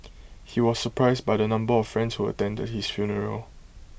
he was surprised by the number of friends who attended his funeral